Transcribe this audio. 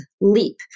Leap